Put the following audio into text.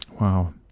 Wow